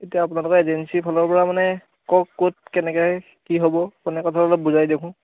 এতিয়া আপোনালোকৰ এজেন্সিৰফালৰপৰা মানে ক'ত কেনেকৈ কি হ'ব মানে কথাটো অলপ বুজাই দিয়কচোন